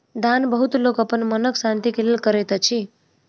दान बहुत लोक अपन मनक शान्ति के लेल करैत अछि